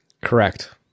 Correct